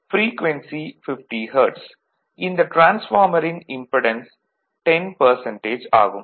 frequency 50 hertz இந்த டிரான்ஸ்பார்மரின் impedance 10 ஆகும்